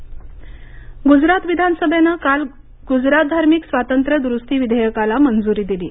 गुजरात विधेयक गुजरात विधानसभेनं काल गुजरात धार्मिक स्वातंत्र्य द्रुस्ती विधेयकाला मंजुरी दिली